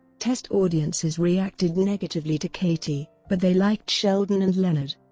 test audiences reacted negatively to katie, but they liked sheldon and leonard.